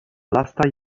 lastaj